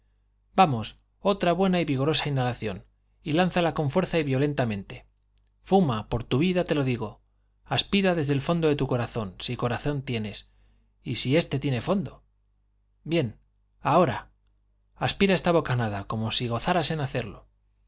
vamos otra buena y vigorosa inhalación y lánzala con fuerza y violentamente fuma por tu vida te lo digo aspira desde el fondo de tu corazón si corazón tienes y si éste tiene fondo bien ahora aspira esta bocanada como si gozaras en hacerlo